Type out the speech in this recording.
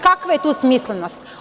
Kakva je tu smislenost?